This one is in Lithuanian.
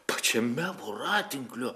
pačiame voratinklio